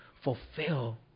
fulfill